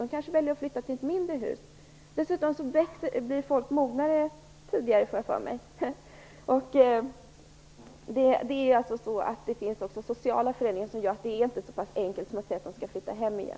De kanske väljer att flytta till ett mindre hus. Dessutom blir människor mognare tidigare, har jag fått för mig. Det har också skett sociala förändringar som gör att det inte är så pass enkelt som att säga att ungdomar skall flytta hem igen.